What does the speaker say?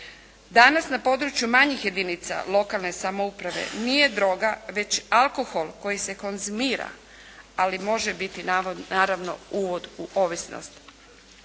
Danas na području manjih jedinica lokalne samouprave nije droga već alkohol koji se konzumira ali može biti naravno uvod u ovisnost.